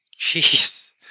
jeez